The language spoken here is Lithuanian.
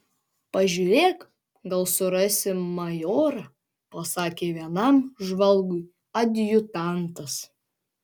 pažiūrėk gal surasi majorą pasakė vienam žvalgui adjutantas